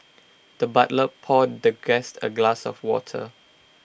the butler poured the guest A glass of water